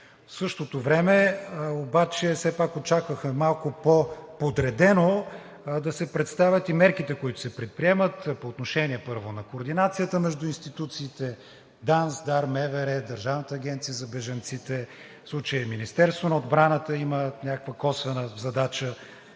В същото време обаче все пак очакваха малко по-подредено да се представят и мерките, които се предприемат, по отношение, първо, на координацията между институциите – ДАНС, ДАР, МВР, Държавната агенция за бежанците, в случая Министерството на отбраната имат някаква косвена задача,